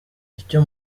icyo